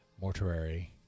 mortuary